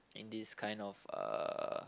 in this kind of uh